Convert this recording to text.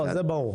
זה ברור.